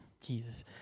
Jesus